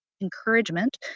encouragement